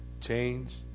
change